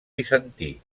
bizantí